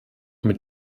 mit